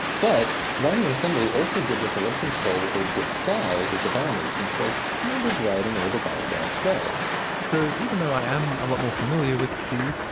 but writing in assembly also gives us a lot of control over the size of the binary since we're kind of writing all the bytes ourselves. so even though i am a lot more familiar with c,